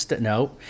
No